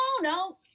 no